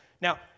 now